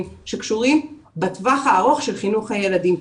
שקשורים בטווח הארוך של חינוך הילדים.